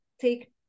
take